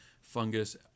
fungus